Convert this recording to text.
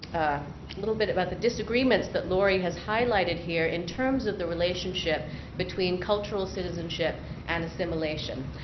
a little bit about the disagreements that lori has highlighted here, in terms of the relationship between cultural citizenship and assimilation.